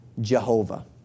Jehovah